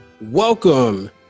welcome